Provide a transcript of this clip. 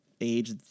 age